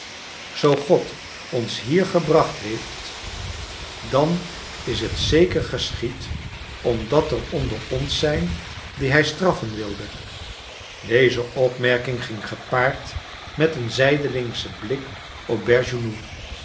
zoo god ons hier gebracht heeft dan is het zeker geschied omdat er onder ons zijn die hij straffen wilde deze opmerking ging gepaard met een zijdelingschen blik op